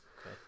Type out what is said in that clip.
okay